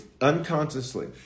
unconsciously